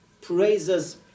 praises